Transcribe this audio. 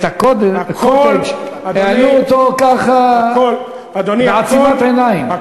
הקוטג' העלו אותו ככה בעצימת עיניים.